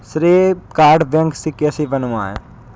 श्रेय card bank से कैसे बनवाएं?